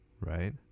Right